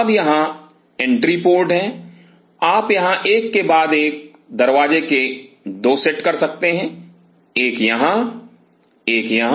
अब यहां entry port हैं आप यहाँ एक के बाद एक दरवाजे के 2 सेट कर सकते हैं एक यहां एक यहां